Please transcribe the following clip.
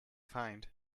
find